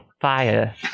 fire